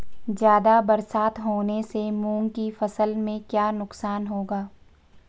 ज़्यादा बरसात होने से मूंग की फसल में क्या नुकसान होगा?